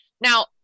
Now